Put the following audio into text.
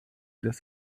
des